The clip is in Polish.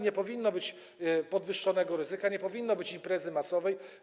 nie powinno być imprezy podwyższonego ryzyka, nie powinno być imprezy masowej.